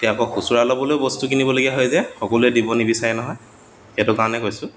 এতিয়া আকৌ খুচুৰা ল'বলৈও বস্তু কিনিবলগা হয় যে সকলোৱে দিব নিবিচাৰে নহয় সেইটো কাৰণে কৈছোঁ